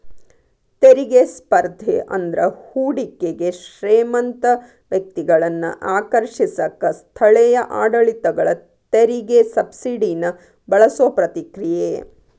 ತೆರಿಗೆ ಸ್ಪರ್ಧೆ ಅಂದ್ರ ಹೂಡಿಕೆಗೆ ಶ್ರೇಮಂತ ವ್ಯಕ್ತಿಗಳನ್ನ ಆಕರ್ಷಿಸಕ ಸ್ಥಳೇಯ ಆಡಳಿತಗಳ ತೆರಿಗೆ ಸಬ್ಸಿಡಿನ ಬಳಸೋ ಪ್ರತಿಕ್ರಿಯೆ